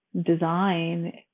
design